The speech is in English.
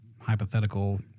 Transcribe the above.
hypothetical